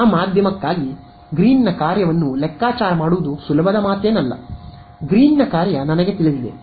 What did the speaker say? ಆ ಮಾಧ್ಯಮಕ್ಕಾಗಿ ಗ್ರೀನ್ನ ಕಾರ್ಯವನ್ನು ಲೆಕ್ಕಾಚಾರ ಮಾಡುವುದು ಸುಲಭವಲ್ಲ ಗ್ರೀನ್ನ ಕಾರ್ಯ ನನಗೆ ತಿಳಿದಿದೆ